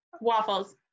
Waffles